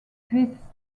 this